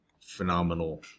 phenomenal